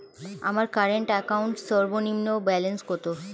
আমার current account সর্বনিম্ন balance কত?